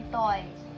toys